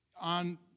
on